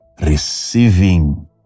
receiving